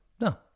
No